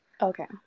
Okay